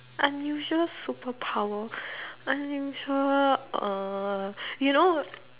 unusual superpower unusual uh you know